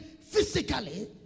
physically